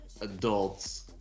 adults